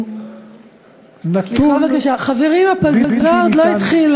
אנחנו רואים את כל ההתרסקות שהיא תוצאה